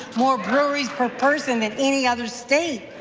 more breweries per person than any other state.